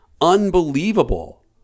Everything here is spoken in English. unbelievable